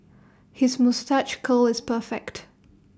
his moustache curl is perfect